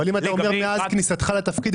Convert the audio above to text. אם אתה אומר מאז כניסתך לתפקיד,